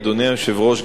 אדוני היושב-ראש,